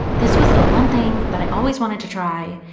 this was the one thing that i always wanted to try.